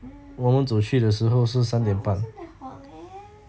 mm but wasn't that hot meh